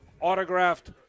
autographed